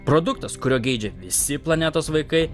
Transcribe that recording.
produktas kurio geidžia visi planetos vaikai